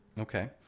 Okay